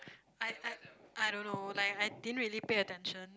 I I I don't know like I didn't really pay attention